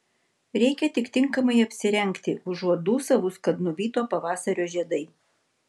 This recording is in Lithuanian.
reikia tik tinkamai apsirengti užuot dūsavus kad nuvyto pavasario žiedai